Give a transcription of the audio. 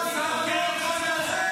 הם יביאו את השינוי,